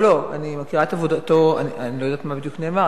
אני לא יודעת מה בדיוק נאמר,